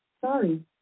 Sorry